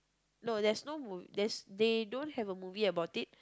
no there's no movie they don't have a movie about it